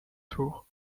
tour